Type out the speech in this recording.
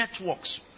networks